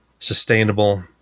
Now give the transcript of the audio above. sustainable